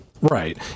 right